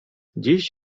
dziś